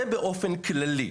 זה באופן כללי,